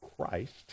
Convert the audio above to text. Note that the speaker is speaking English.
Christ